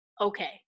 okay